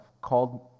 called